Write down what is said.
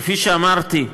כפי שאמרתי,